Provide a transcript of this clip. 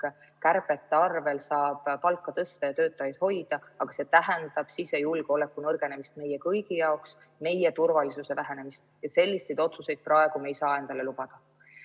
kärbete abil palka tõsta ja töötajaid hoida, aga see tähendab sisejulgeoleku nõrgenemist meie kõigi jaoks, meie turvalisuse vähenemist. Selliseid otsuseid ei saa me praegu endale lubada.